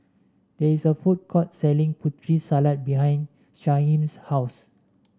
there is a food court selling Putri Salad behind Shyheim's house